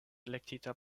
elektita